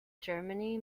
germany